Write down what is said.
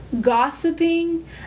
gossiping